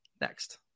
next